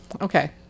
Okay